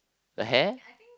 the hair